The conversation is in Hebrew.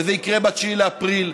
וזה יקרה ב-9 באפריל,